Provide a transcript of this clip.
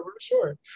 sure